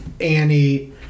Annie